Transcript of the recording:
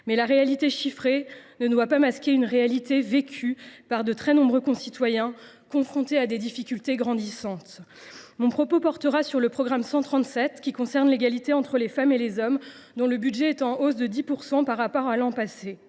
Mais les chiffres ne doivent pas masquer une réalité vécue par de très nombreux concitoyens confrontés à des difficultés grandissantes. Mon propos portera sur le programme 137 « Égalité entre les femmes et les hommes », dont le budget est en hausse de 10 % par rapport à l’an passé.